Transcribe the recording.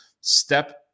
step